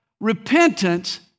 repentance